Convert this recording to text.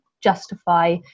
justify